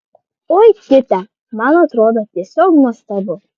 oi kitę man atrodo tiesiog nuostabu